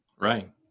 Right